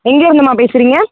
எங்கிருந்து மா பேசுகிறீங்க